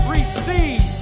Receive